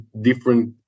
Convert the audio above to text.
different